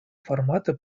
формата